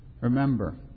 Remember